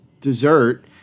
dessert